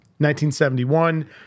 1971